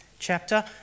chapter